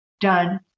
done